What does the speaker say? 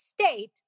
state